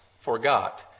forgot